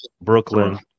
Brooklyn